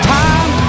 time